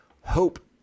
hope